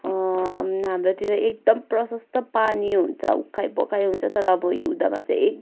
हाम्रोतिर एकदम प्रशस्त पानी हुन्छ ओखाइपोखाइ हुन्छ तर अब हिउँदमा चाहिँ